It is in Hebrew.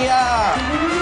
עם חברים.